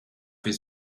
his